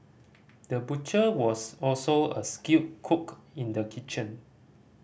the butcher was also a skilled cook in the kitchen